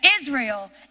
Israel